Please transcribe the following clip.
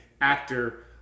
actor